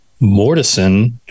Mortison